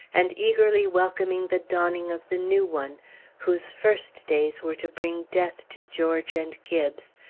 and eagerly welcoming the dawning of the new one whose first days were to bring death to george and gibbes,